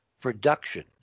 production